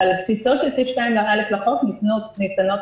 אבל על בסיסו של סעיף 2(א) לחוק ניתנות התראות.